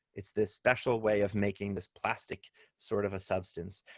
it's this special way of making this plastic sort of substance,